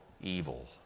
evil